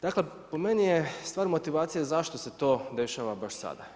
Dakle, po meni je stvar motivacije zašto se to dešava baš sada.